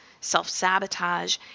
self-sabotage